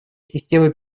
системы